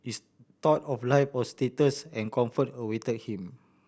he's thought of life a status and comfort await him